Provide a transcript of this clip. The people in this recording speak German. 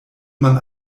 man